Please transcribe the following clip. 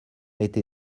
été